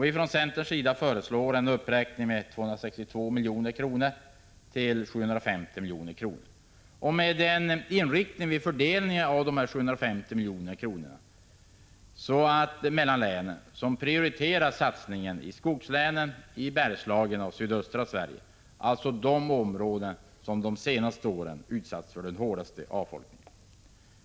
Vi från centern föreslår en uppräkning med 262 milj.kr. till 750 milj.kr. och med en inriktning vid fördelningen mellan länen som prioriterar satsningar i skogslänen, Bergslagen och sydöstra Sverige. Det är de områdena som de senaste åren utsatts för den hårdaste avfolkningen.